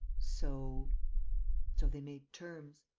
so. so they made terms.